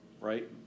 right